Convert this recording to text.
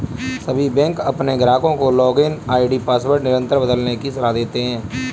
सभी बैंक अपने ग्राहकों को लॉगिन आई.डी पासवर्ड निरंतर बदलने की सलाह देते हैं